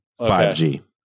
5G